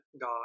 God